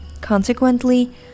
Consequently